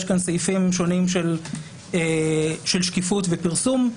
יש כאן סעיפים שונים של שקיפות ופרסום,